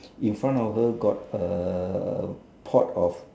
in front of her got a pot of